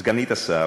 סגנית השר,